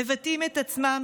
מבטאים את עצמם